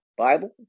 bible